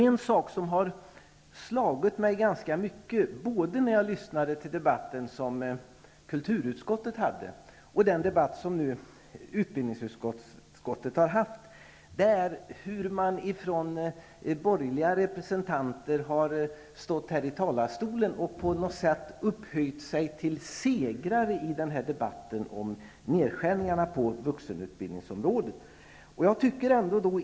En sak som har slagit mig ganska mycket, när jag lyssnat på såväl kulturutskottets debatt som utbildningsutskottets debatt nu senast, är hur borgerliga representanter har stått här i talarstolen och upphöjt sig till segrare i debatten om nedskärningarna på vuxenutbildningsområdet.